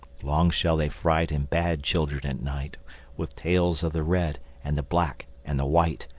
long shall they frighten bad children at night with tales of the red and the black and the white.